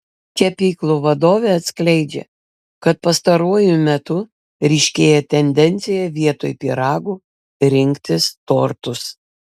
kepyklų vadovė atskleidžia kad pastaruoju metu ryškėja tendencija vietoj pyragų rinktis tortus